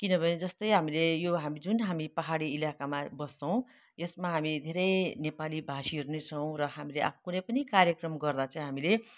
किनभने जस्तै हामीले यो हामी जुन हामी पाहाडी इलाकामा बस्छौँ यसमा हामी धेरै नेपाली भाषीहरू नै छौँ र हामीले आफ् कुनै पनि कार्यक्रम गर्दा चाहिँ हामीले